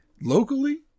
locally